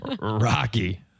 rocky